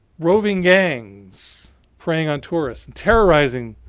roving gangs preying on tourists, terrorizing